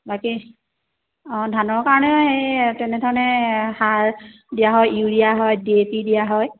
বাকী অঁ ধানৰ কাৰণে হে তেনেধৰণে সাৰ দিয়া হয় ইউৰিয়া হয় ডি এ পি দিয়া হয়